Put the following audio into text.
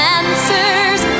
answers